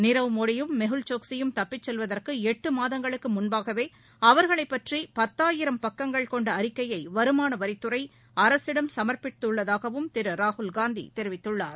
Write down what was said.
நீரவ் மோடியும் மெஹுல் சோக்சியும் தப்பிச் செல்வதற்கு எட்டு மாதங்களுக்கு முன்பாகவே அவர்களைப் பற்றி பத்தாயிரம் பக்கங்கள் கொண்ட அறிக்கையை வருமானவரித்துறை அரசிடம் சமர்ப்பித்துள்ளதாகவும் திரு ராகுல்காந்தி தெரிவித்துள்ளார்